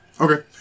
Okay